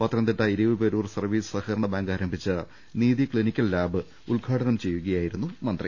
Pathanamthitta Eraviperoor service സഹകരണ bank ആരംഭിച്ച Neethi clinical lab ഉദ്ഘാടനം ചെയ്യുകയായിരുന്നു മന്ത്രി